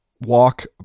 walk